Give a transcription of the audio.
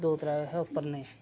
दो त्रै हे उप्परले